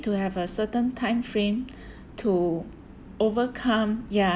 to have a certain time frame to overcome ya